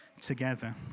together